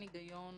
היגיון